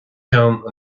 ceann